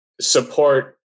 support